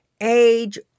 age